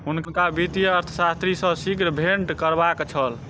हुनका वित्तीय अर्थशास्त्री सॅ शीघ्र भेंट करबाक छल